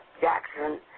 Jackson